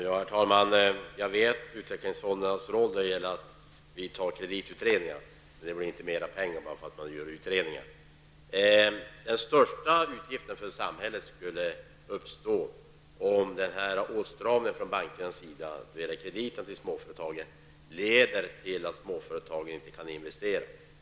Herr talman! Jag känner till utvecklingsfondernas roll när det gäller kreditutredningar, men det blir inte mer pengar därför att man gör utredningar. Den största utgiften för samhället skulle uppstå om bankernas åtstramning av krediterna till småföretagen leder till att dessa inte kan investera.